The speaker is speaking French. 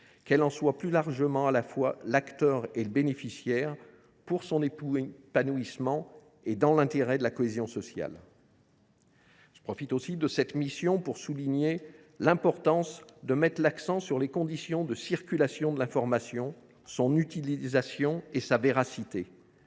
qu’elle en soit plus largement à la fois l’actrice et la bénéficiaire, pour son propre épanouissement et dans l’intérêt de la cohésion sociale. L’examen des crédits de cette mission me permet de souligner l’importance de mettre l’accent sur les conditions de circulation de l’information, sur son utilisation et sa véracité.